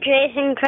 Jason